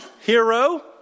hero